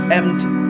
empty